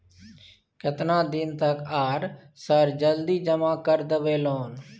केतना दिन तक आर सर जल्दी जमा कर देबै लोन?